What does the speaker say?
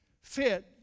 Fit